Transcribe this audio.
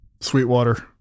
Sweetwater